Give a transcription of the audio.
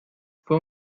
fue